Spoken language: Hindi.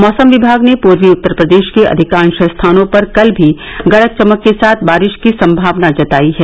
मौसम विभाग ने पूर्वी उत्तर प्रदेश के अधिकांश स्थानों पर कल भी गरज चमक के साथ बारिश की संभावना जतायी है